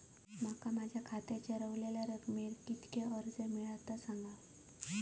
मी माझ्या खात्याच्या ऱ्हवलेल्या रकमेवर माका किती कर्ज मिळात ता सांगा?